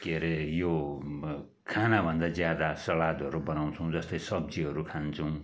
के अरे यो खाना भन्दा ज्यादा सलादहरू बनाउछौँ जस्तै सब्जीहरू खान्छौँ